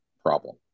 problem